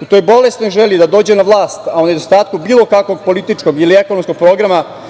U toj bolesnoj želji da dođe na vlast, a u nedostatku bilo kakvog političkog ili ekonomskog programa